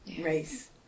race